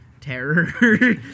terror